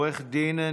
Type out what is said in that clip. עורך דין,